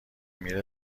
میره